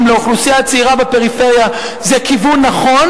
לאוכלוסייה הצעירה בפריפריה זה כיוון נכון,